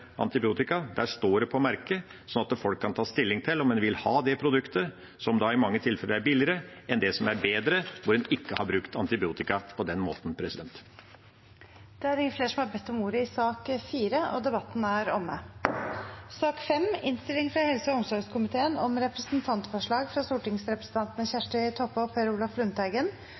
antibiotika. Da kan folk ta stilling til om de vil ha det produktet, som i mange tilfeller er billigere enn det som er bedre, der en ikke har brukt antibiotika på den måten. Flere har ikke bedt om ordet til sak nr. 4. Etter ønske fra helse- og omsorgskomiteen vil presidenten ordne debatten slik: 3 minutter til hver partigruppe og